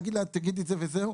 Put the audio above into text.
להגיד לה: תגידי את זה וזהו,